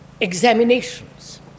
examinations